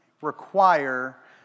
require